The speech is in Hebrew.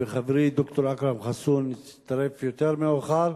וחברי ד"ר אכרם חסון הצטרף יותר מאוחר.